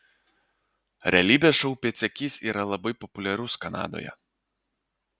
realybės šou pėdsekys yra labai populiarus kanadoje